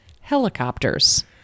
helicopters